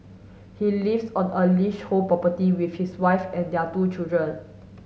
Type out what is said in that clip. he lives on a leasehold property with his wife and their two children